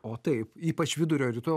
o taip ypač vidurio ir rytų